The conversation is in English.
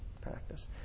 practice